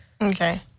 okay